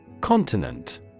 Continent